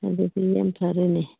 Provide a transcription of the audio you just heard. ꯑꯗꯨꯗꯤ ꯌꯥꯝ ꯐꯔꯦꯅꯦ